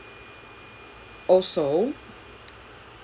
also